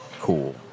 cool